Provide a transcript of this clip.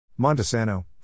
Montesano